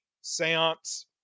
seance